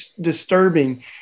disturbing